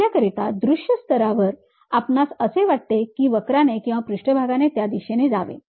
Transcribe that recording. आपल्याकरिता दृश्य स्तरावर आपणास असे वाटते की वक्राने किंवा पृष्ठभागाने त्या दिशेने जावे